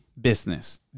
business